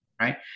right